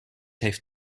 heeft